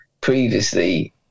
previously